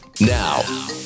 Now